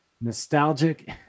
nostalgic